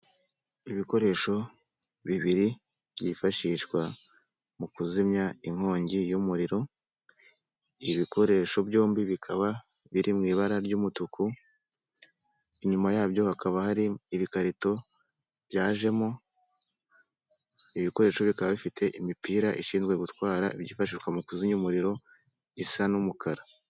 Ibikoresho bibiri byifashishwa mu kuzimya inkongi y'umuriro, ibi bikoresho byombi bikaba biri mu ibara ry'umutuku, inyuma yabyo hakaba hari ibikarito byajemo ibikoresho bikaba bifite imipira ishinzwe gutwara ibyifashishwa mu kuzimya umuriro, isa n'umukara.